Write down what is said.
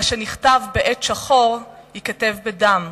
"מה שנכתב בעט שחור ייכתב בדם",